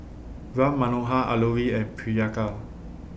Ram Manohar Alluri and Priyanka